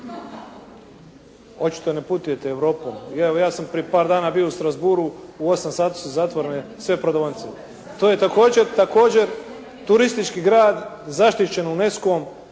Očito ne putujete Europom. Evo ja sam prije par dana bio u Strasbourgu, u 8 sati su zatvorene sve prodavaonice. To je također turistički grad, zaštićen